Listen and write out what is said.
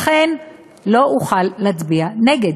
לכן לא אוכל להצביע נגד.